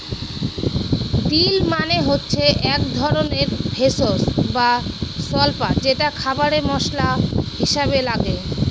deal মানে হচ্ছে এক ধরনের ভেষজ বা স্বল্পা যেটা খাবারে মশলা হিসাবে লাগে